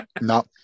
No